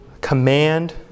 command